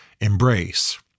embrace